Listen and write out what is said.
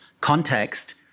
context